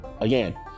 Again